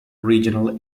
regional